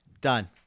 Done